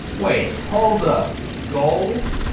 wait, hold up. gold.